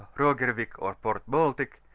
roger wick or port baltic,